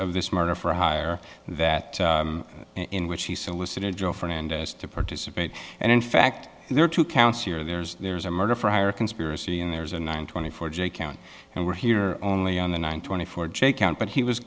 of this murder for hire that in which he solicited joe fernandez to participate and in fact there are two counts here there's there's a murder for hire conspiracy and there's a nine twenty four j count and we're here only on the one twenty four j count but he was